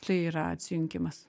tai yra atsijungimas